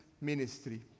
ministry